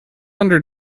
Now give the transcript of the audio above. under